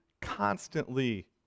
constantly